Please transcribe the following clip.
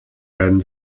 werden